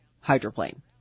hydroplane